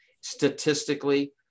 statistically